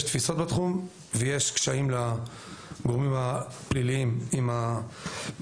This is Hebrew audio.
יש תפיסות בתחום ויש קשיים לגורמים הפליליים עם הייבוא.